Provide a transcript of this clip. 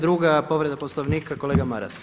Druga povreda Poslovnika kolega Maras.